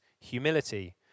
humility